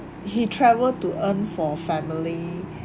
he travel to earn for family